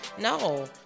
no